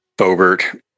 bobert